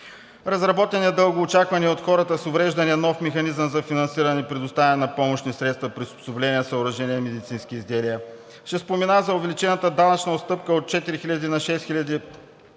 Разработен е дългоочакваният от хората с увреждания нов механизъм за финансиране и предоставяне на помощни средства, приспособления, съоръжения и медицински изделия. Ще спомена за увеличената данъчна отстъпка от 4000 на 6000